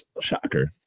Shocker